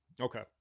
Okay